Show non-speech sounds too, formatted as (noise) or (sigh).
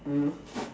mm (breath)